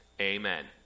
Amen